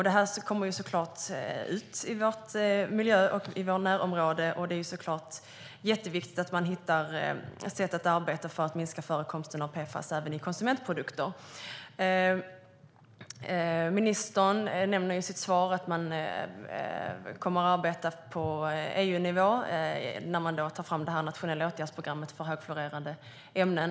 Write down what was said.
Det kommer såklart ut i vår miljö och i vårt närområde, och det är jätteviktigt att man hittar sätt att arbeta för att minska förekomsten av PFAS även i konsumentprodukter. Ministern nämner i sitt svar att man kommer att arbeta på EU-nivå när man tar fram det nationella åtgärdsprogrammet för högfluorerade ämnen.